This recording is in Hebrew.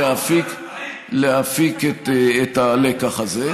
להפיק את הלקח הזה.